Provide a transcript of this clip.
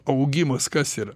augimas kas yra